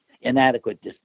inadequate